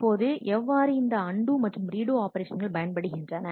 இப்போது எவ்வாறு இந்த அண்டு மற்றும் ரீடு ஆபரேஷன்கள் பயன்படுகின்றன